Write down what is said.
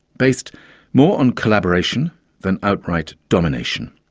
based more on collaboration than outright domination.